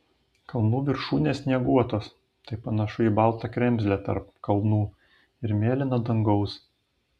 kalnų viršūnės snieguotos tai panašu į baltą kremzlę tarp kalnų ir mėlyno dangaus